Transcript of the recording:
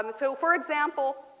um so for example,